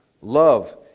Love